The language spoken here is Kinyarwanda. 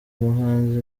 muhanzi